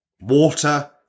water